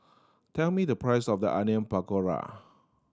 tell me the price of the Onion Pakora